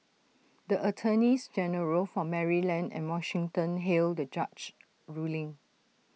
the attorneys general for Maryland and Washington hailed the judge's ruling